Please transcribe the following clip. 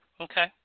Okay